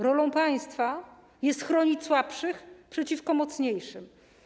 Rolą państwa jest ochrona słabszych przeciwko mocniejszym.